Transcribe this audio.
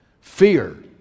Fear